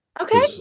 Okay